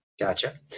Gotcha